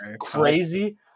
Crazy